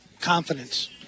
Confidence